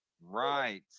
Right